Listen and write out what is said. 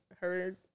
heard